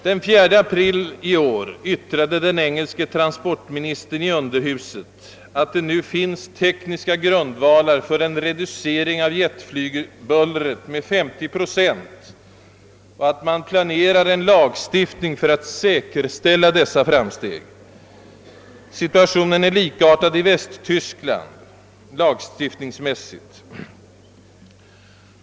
Den 4 april i år yttrade den engelske transportministern i underhuset att det nu finns tekniska grundvalar för en reducering av jetflygbullret med 50 procent, och han framhöll att man planerar en lagstiftning för att säkerställa dessa framsteg. Situationen är likartad i Västtyskland lagstiftningsmässigt.